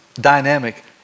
dynamic